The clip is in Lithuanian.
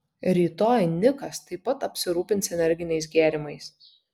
rytoj nikas taip pat apsirūpins energiniais gėrimais